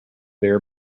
their